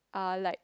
uh like